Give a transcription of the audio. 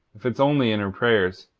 if it's only in her prayers.